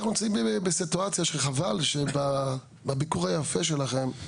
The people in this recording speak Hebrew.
אנחנו נמצאים בסיטואציה שחבל שבביקור היפה שלכם,